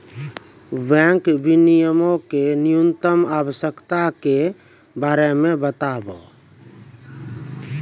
bank विनियमो के न्यूनतम आवश्यकता के बारे मे बताबो